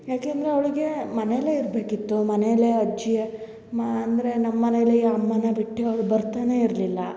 ಯಾಕೆ ಅಂದರೆ ಅವಳಿಗೆ ಮನೇಲೆ ಇರಬೇಕಿತ್ತು ಮನೇಲೆ ಅಜ್ಜಿಯ ಮ ಅಂದರೆ ನಮ್ಮ ಮನೆಯಲ್ಲೆಯ ಅಮ್ಮನ ಬಿಟ್ಟು ಅವ್ಳ ಬರ್ತಾನೇ ಇರಲಿಲ್ಲ